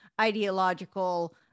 ideological